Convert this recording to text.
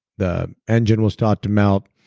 the engine will start to melt,